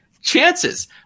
chances